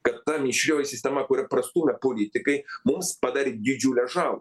kad ta mišrioji sistema kurią prastūmė politikai mums padarė didžiulę žalą